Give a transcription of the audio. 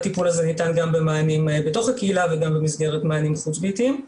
והטיפול הזה ניתן גם במענים בתוך הקהילה וגם במסגרת מענים חוץ ביתיים.